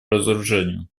разоружению